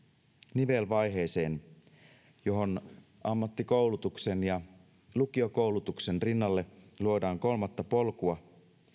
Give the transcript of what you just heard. nivelvaiheeseen johon ammattikoulutuksen ja lukiokoulutuksen rinnalle luodaan kolmatta polkua